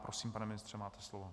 Prosím, pane ministře, máte slovo.